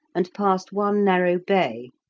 and passed one narrow bay,